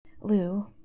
Lou